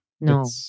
No